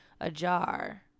ajar